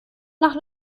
nach